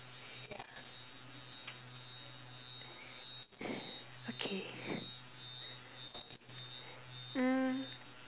okay mm